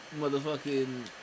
motherfucking